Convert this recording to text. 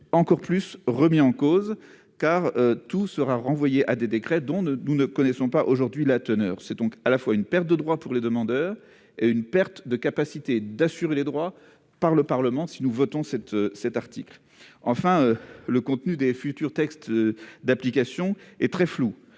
encore plus remis en cause, car tout sera renvoyé à des décrets dont nous ne connaissons pas aujourd'hui la teneur. C'est donc à la fois une perte de droits pour les demandeurs et une perte de capacité du Parlement à garantir ces droits. Enfin, le contenu des futurs textes d'application est très flou.